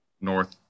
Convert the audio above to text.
North